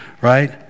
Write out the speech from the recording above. right